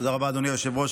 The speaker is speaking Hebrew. תודה רבה, אדוני היושב-ראש.